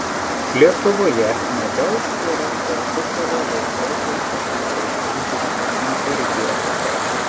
lietuvoje nedaug tėra tarpukario laikotarpio autentiškų interjerų